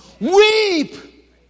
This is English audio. Weep